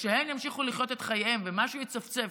וכשהן ימשיכו לחיות את חייהן ומשהו יצפצף